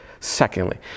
Secondly